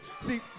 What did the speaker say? See